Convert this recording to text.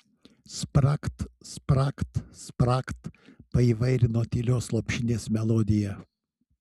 spragt spragt spragt paįvairino tylios lopšinės melodiją